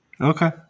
Okay